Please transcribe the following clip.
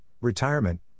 retirement